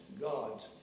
God's